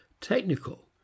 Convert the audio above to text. technical